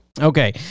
okay